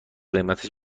قیمتش